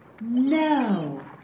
No